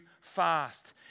fast